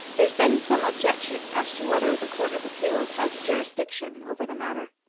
there's been some objection as to whether the court of appeals has jurisdiction over the matter.